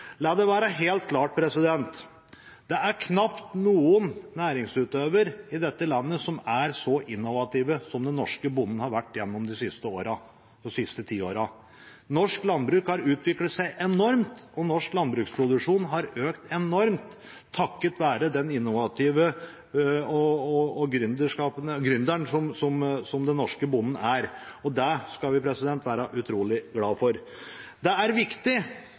La det være helt klart: Det er knapt noen næringsutøver i dette landet som er så innovativ som den norske bonden har vært gjennom de siste tiårene. Norsk landbruk har utviklet seg enormt, og norsk landbruksproduksjon har økt enormt takket være den innovative gründeren som den norske bonden er. Det skal vi være utrolig glad for. Det er viktig,